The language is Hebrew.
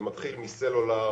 זה מתחיל מסלולר,